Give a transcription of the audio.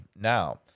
Now